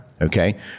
okay